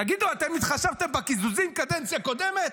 תגידו, אתם התחשבתם בקיזוזים בקדנציה הקודמת?